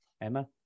Emma